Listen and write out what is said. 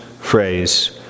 phrase